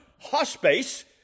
hospice